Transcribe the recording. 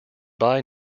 buy